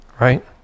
right